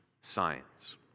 science